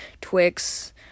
twix